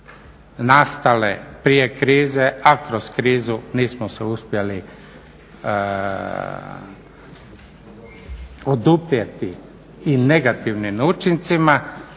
nastale prije krize, a kroz krizu nismo se uspjeli oduprijeti i negativnim učincima